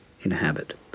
inhabit